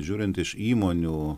žiūrint iš įmonių